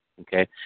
okay